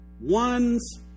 one's